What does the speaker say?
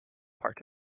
parted